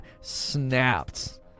snapped